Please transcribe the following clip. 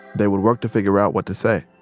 they would work to figure out what to say